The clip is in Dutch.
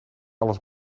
alles